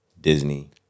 Disney